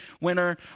winner